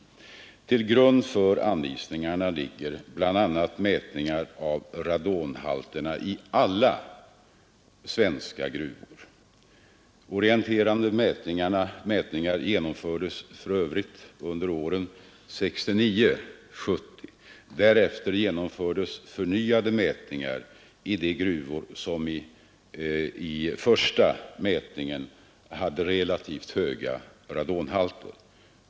Till grund för anvisningarna ligger bl.a. mätningar av radonhalterna i alla svenska gruvor. Orienterande mätningar genomfördes för övrigt under åren 1969—1970. Därefter genomfördes förnyade mätningar i de gruvor, där den första mätningen hade visat relativt höga radonhalter.